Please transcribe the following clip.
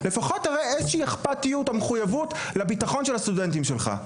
לפחות תראה איזו שהיא אכפתיות או מחוייבות לבטחון של הסטודנטים שלך.